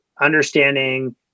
understanding